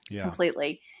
completely